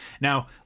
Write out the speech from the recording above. Now